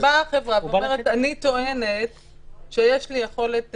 החברה באה ואומרת: יש לי יכולת,